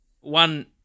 One